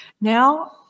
now